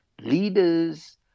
leaders